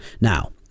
now